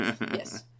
Yes